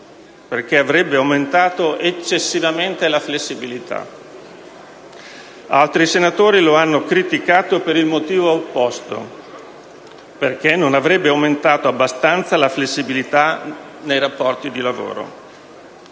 perche´ avrebbe aumentato eccessivamente la flessibilita; altri senatori lo hanno criticato per il motivo opposto, ovvero perche´ non avrebbe aumentato abbastanza la flessibilitanei rapporti di lavoro.